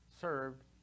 served